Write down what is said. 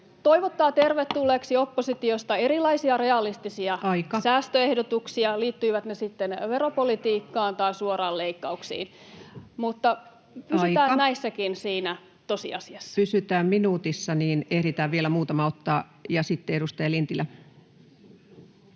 koputtaa] oppositiosta erilaisia realistisia [Puhemies: Aika!] säästöehdotuksia, liittyivät ne sitten veropolitiikkaan tai suoraan leikkauksiin, [Puhemies: Aika!] mutta pysytään näissäkin siinä tosiasiassa. Pysytään minuutissa, niin ehditään vielä muutama ottaa. — Ja sitten edustaja Lintilä.